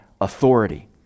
authority